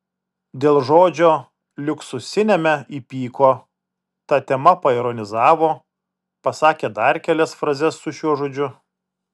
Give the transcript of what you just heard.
dėl žodžio liuksusiniame įpyko ta tema paironizavo pasakė dar kelias frazes su šiuo žodžiu